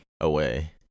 away